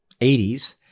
80s